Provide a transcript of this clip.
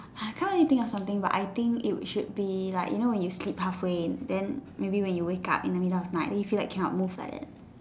I can't really think of something but I think it should be like when you sleep halfway then maybe when you wake up in the middle of night then you feel like cannot move like that